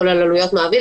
כולל עלויות מעביד.